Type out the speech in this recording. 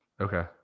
okay